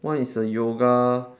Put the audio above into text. one is the yoga